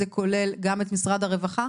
זה כולל גם את משרד הרווחה?